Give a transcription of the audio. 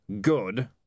good